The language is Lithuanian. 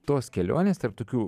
tos kelionės tarp tokių